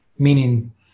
meaning